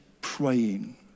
praying